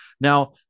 Now